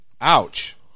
Ouch